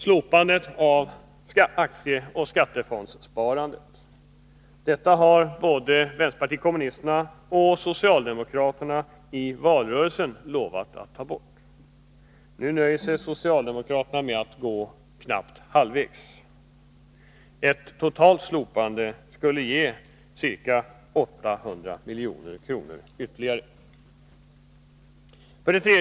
Slopande av aktieoch skattefondssparande. Detta har både vpk och socialdemokraterna lovat i valrörelsen. Nu nöjer sig socialdemokraterna med att gå knappt halvvägs. Ett totalt slopande skulle ge ca 800 milj.kr. ytterligare. 3.